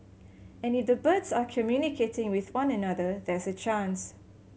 and if the birds are communicating with one another there's a chance